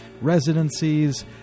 residencies